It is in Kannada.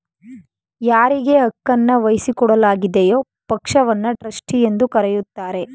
ಯಾರಿಗೆ ಹಕ್ಕುನ್ನ ವಹಿಸಿಕೊಡಲಾಗಿದೆಯೋ ಪಕ್ಷವನ್ನ ಟ್ರಸ್ಟಿ ಎಂದು ಕರೆಯುತ್ತಾರೆ